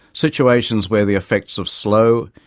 situations where the effects of slow,